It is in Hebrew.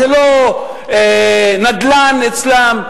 זה לא נדל"ן אצלם.